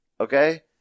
okay